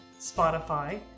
Spotify